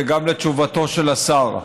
וגם לתשובתו של השר.